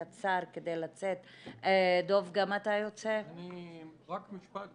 רק משפט גברתי,